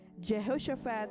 Jehoshaphat